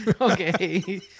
okay